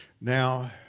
Now